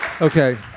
Okay